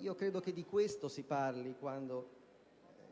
Io credo che di questo si parli quando